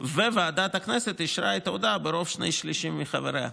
וועדת הכנסת אישרה את ההודעה ברוב שני-שלישים מחבריה".